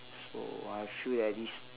so I feel that this